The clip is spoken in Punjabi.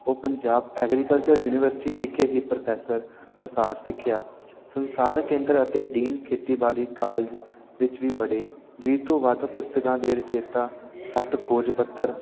ਉਹ ਪੰਜਾਬ ਐਗਰੀਕਲਚਰ ਯੂਨੀਵਰਸਿਟੀ ਵਿਖੇ ਹੀ ਪ੍ਰੋਫੈਸਰ ਪਸਾਰ ਸਿੱਖਿਆ ਸੰਸਾਰ ਕੇਂਦਰ ਅਤੇ ਡੀਨ ਖੇਤੀਬਾੜੀ ਕਾਲਜ ਵਿੱਚ ਵੀ ਪੜ੍ਹੇ ਵੀਹ ਤੋਂ ਵੱਧ ਪੁਸਤਕਾਂ ਦੇ ਰਚੇਤਾ ਸੱਠ ਖੋਜ ਪੱਤਰ